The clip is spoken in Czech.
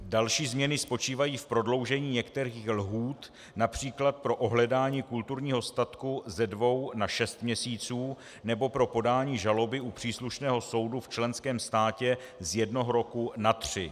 Další změny spočívají v prodloužení některých lhůt, například pro ohledání kulturního statku ze dvou na šest měsíců nebo pro podání žaloby u příslušného soudu v členském státě z jednoho roku na tři.